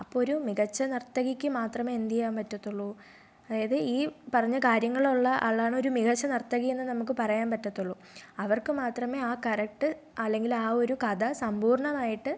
അപ്പോൾ ഒരു മികച്ച നർത്തകിക്ക് മാത്രമേ എന്തു ചെയ്യാൻ പറ്റത്തുള്ളൂ അതായത് ഈ പറഞ്ഞ കാര്യങ്ങളുള്ള ആളാണ് ഒരു മികച്ച നർത്തകി എന്ന് നമുക്ക് പറയാൻ പറ്റത്തുള്ളു അവർക്ക് മാത്രമേ ആ കറക്റ്റ് അല്ലെങ്കിൽ ആ ഒരു കഥ സമ്പൂർണ്ണമായിട്ട്